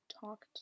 talked